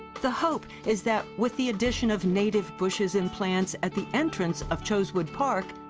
the hope is that with the addition of native bushes and plants at the entrance of chosewood park,